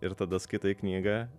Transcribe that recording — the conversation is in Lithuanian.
ir tada skaitai knygą